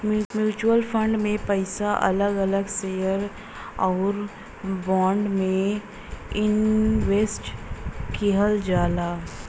mutual fund में पइसा अलग अलग शेयर आउर बांड में इनवेस्ट किहल जाला